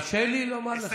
תרשה לי לומר לך.